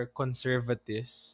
conservatives